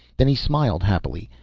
then he smiled happily,